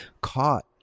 caught